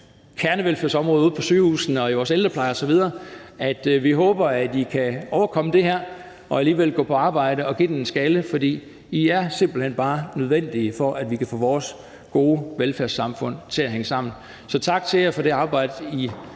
kernevelfærdsområder ude på sygehusene og i vores ældrepleje osv., at vi håber, at I kan overkomme det her og alligevel gå på arbejde og give den en skalle, for I er simpelt hen bare nødvendige for, at vi kan få vores gode velfærdssamfund til at hænge sammen. Så tak til jer for det arbejde, I